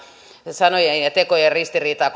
sanojen ja ja tekojen ristiriitaa